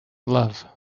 love